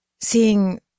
seeing